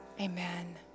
amen